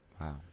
Wow